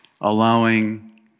Allowing